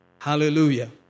hallelujah